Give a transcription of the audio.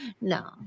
no